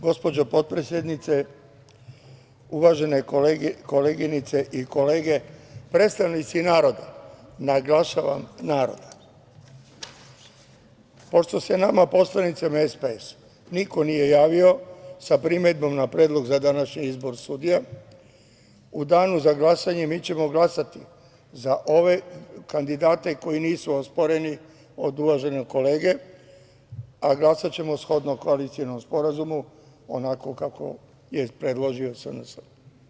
Gospođo potpredsednice, uvažene koleginice i kolege, predstavnici naroda, naglašavam naroda, pošto se među nama poslanicima SPS niko nije javio sa primedbom na Predlog za današnji izbor sudija, u Danu za glasanje mi ćemo glasati za ove kandidate koji nisu osporeni od uvaženog kolege, a glasaćemo shodno koalicionom sporazumu, onako kako je predložio SNS.